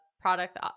product